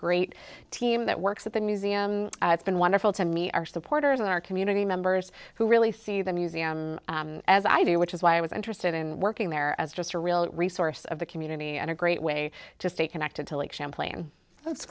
great team that works at the museum it's been wonderful to me our supporters and our community members who really see the museum as i do which is why i was interested in working there as just a real resource of the community and a great way to stay connected to lake champlain that's